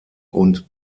und